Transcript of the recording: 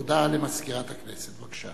הודעת למזכירת הכנסת, בבקשה.